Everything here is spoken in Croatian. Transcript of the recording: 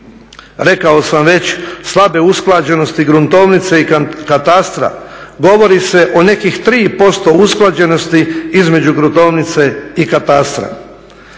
Rekao sam već, slabe usklađenosti gruntovnice i katastra, govori se o nekih 3% usklađenosti između gruntovnice i katastra.